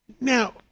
Now